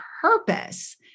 purpose